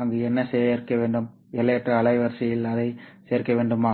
அங்கு என்ன சேர்க்க வேண்டும் எல்லையற்ற அலைவரிசையில் அதைச் சேர்க்க வேண்டுமா